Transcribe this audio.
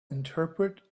interpret